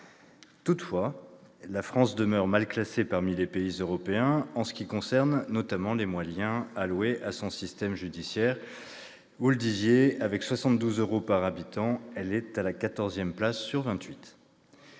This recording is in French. Toutefois, la France demeure mal classée parmi les pays européens, pour ce qui concerne notamment les moyens alloués à son système judiciaire : cela a été dit, avec 72 euros par habitant, elle se classe à